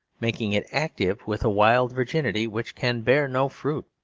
making it active with a wild virginity which can bear no fruit.